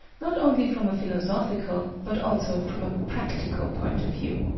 not only from a philosophical, but also from a practical, point of view.